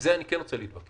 עם זה אני כן רוצה להתווכח.